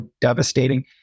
devastating